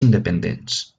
independents